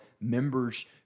members